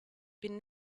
been